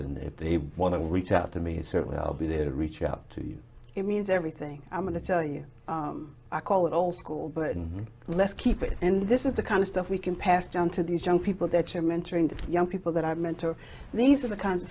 and if they want to reach out to me a certain way i'll be there to reach out to you it means everything i'm going to tell you i call it old school but let's keep it and this is the kind of stuff we can pass down to these young people that you're mentoring the young people that i mentor these are the kinds of